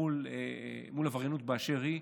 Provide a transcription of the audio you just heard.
מול עבריינות באשר היא,